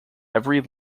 every